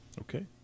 Okay